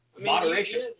moderation